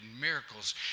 miracles